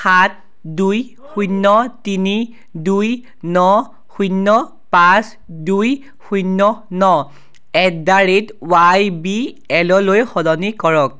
সাত দুই শূন্য তিনি দুই ন শূন্য পাঁচ দুই শূন্য ন এটদ্যাৰেট ৱাই বি এললৈ সলনি কৰক